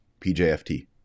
PJFT